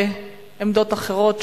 עמדות אחרות,